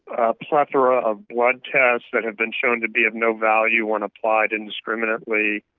a plethora of blood tests that have been shown to be of no value when applied indiscriminately,